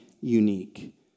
unique